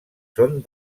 són